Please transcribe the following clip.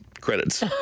credits